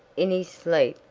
in his sleep,